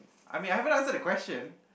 I mean I haven't ask her the question